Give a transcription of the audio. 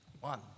One